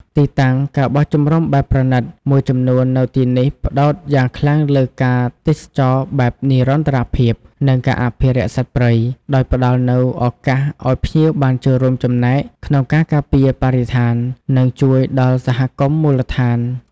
ទីតាំង ការបោះជំរំបែបប្រណីត មួយចំនួននៅទីនេះផ្តោតយ៉ាងខ្លាំងលើការទេសចរណ៍បែបនិរន្តរភាព និងការអភិរក្សសត្វព្រៃ ដោយផ្តល់នូវឱកាសឲ្យភ្ញៀវបានចូលរួមចំណែកក្នុងការការពារបរិស្ថាន និងជួយដល់សហគមន៍មូលដ្ឋាន។